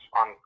on